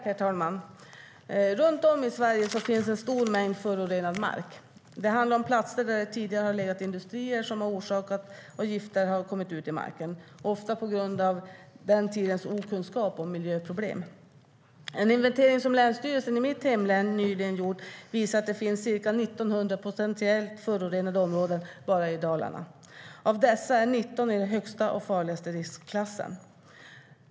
Herr talman! Runt om i Sverige finns en stor mängd förorenad mark. Det handlar om platser där det tidigare har legat industrier som har orsakat att gifter har kommit ut i marken, ofta på grund av den tidens okunskap om miljöproblem. En inventering som länsstyrelsen i mitt hemlän nyligen gjort visar att det finns ca 1 900 potentiellt förorenade områden bara i Dalarna. Av dessa är 19 i högsta och farligaste riskklassen.